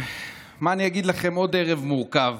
מה אני אגיד לכם, עוד ערב מורכב